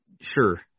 Sure